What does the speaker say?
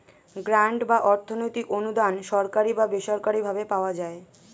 grant বা অর্থনৈতিক অনুদান সরকারি বা বেসরকারি ভাবে পাওয়া যায়